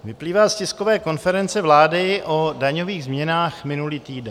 Vyplývá z tiskové konference vlády o daňových změnách minulý týden.